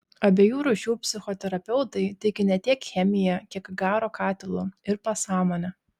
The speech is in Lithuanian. abiejų rūšių psichoterapeutai tiki ne tiek chemija kiek garo katilu ir pasąmone